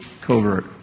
covert